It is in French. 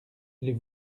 les